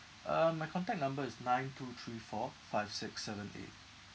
uh my contact number is nine two three four five six seven eight